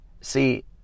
See